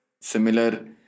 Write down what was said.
similar